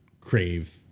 crave